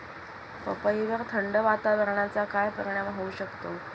पपईवर थंड वातावरणाचा काय परिणाम होऊ शकतो?